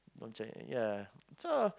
from China ya so